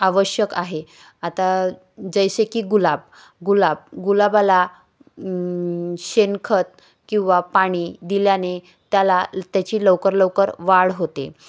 आवश्यक आहे आता जैसे की गुलाब गुलाब गुलाबाला शेणखत किंवा पाणी दिल्याने त्याला त्याची लवकर लवकर वाढ होते